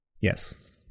Yes